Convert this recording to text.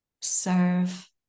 serve